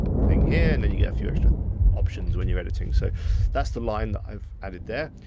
thing here and then you get a few extra options when you're editing, so that's the line that i've added there.